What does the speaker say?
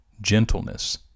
gentleness